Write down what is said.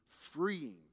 freeing